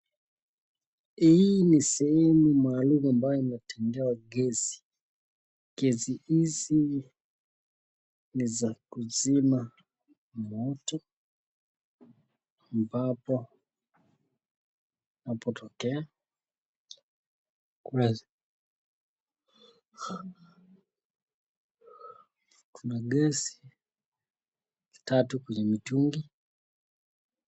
Hii ni sehemu maalum ambayo imetengewa gasi. Gasi hizi ni za kuzima moto ambapo inapotokea kuna gasi tatu kwenye mitungi.